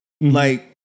Like-